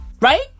right